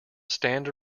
stand